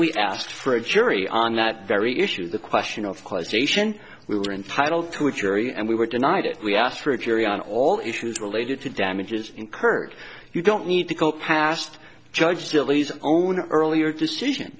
we asked for a jury on that very issue the question of causation we were entitled to a jury and we were denied it we asked for a jury on all issues related to damages incurred you don't need to go past judge billy's own earlier decision